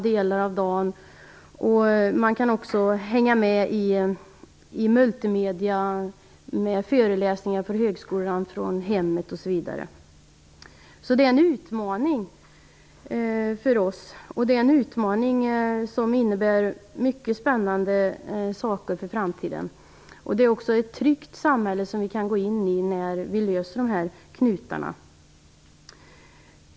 Människor kan också från hemmet följa med i multimedier med föreläsningar för högskolan, osv. Detta är en utmaning för oss, och det är en utmaning som innebär mycket spännande för framtiden. Det är också ett tryggt samhälle som vi kan gå in i när vi löser dessa knutar.